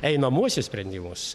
einamuosius sprendimus